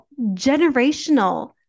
generational